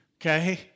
okay